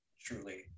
truly